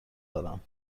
دارم